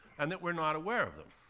and that we're not aware of them?